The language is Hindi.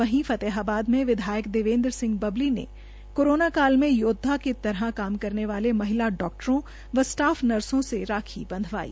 वहीं फतेहाबाद में विधायक देवेन्द्र सिंह बबली ने कोरोना काल में योद्वा की तरह काम करने वाले महिला डॉक्टरों व स्टाफ से राखी बंधवाई